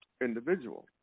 individual